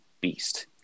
beast